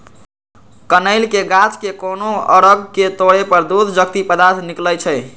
कनइल के गाछ के कोनो अङग के तोरे पर दूध जकति पदार्थ निकलइ छै